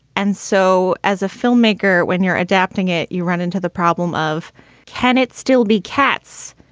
and so as a filmmaker, when you're adapting it, you run into the problem of can it still be cats?